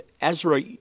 Ezra